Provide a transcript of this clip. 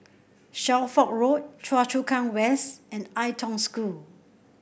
Shelford Road Choa Chu Kang West and Ai Tong School